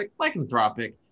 lycanthropic